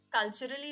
culturally